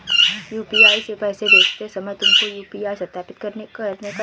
UPI से पैसे भेजते समय तुमको यू.पी.आई सत्यापित करने कहेगा